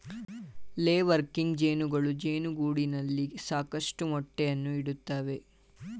ಲೇ ವರ್ಕಿಂಗ್ ಜೇನುಗಳು ಜೇನುಗೂಡಿನಲ್ಲಿ ಸಾಕಷ್ಟು ಮೊಟ್ಟೆಯನ್ನು ಇಡುತ್ತವೆ